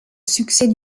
succès